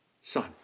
son